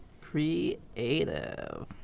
Creative